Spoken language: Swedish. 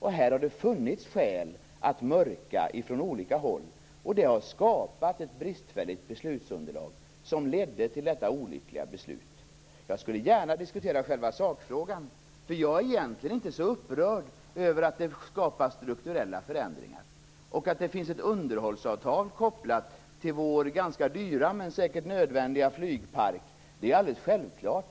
Här har det funnits skäl att mörka från olika håll. Det har skapat ett bristfälligt beslutsunderlag som ledde till detta olyckliga beslut. Jag skulle gärna diskutera själva sakfrågan, för jag är egentligen inte så upprörd över att det skapas strukturella förändringar. Att det finns ett underhållsavtal kopplat till vår ganska dyra men säkert nödvändiga flygpark är alldeles självklart.